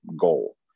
goal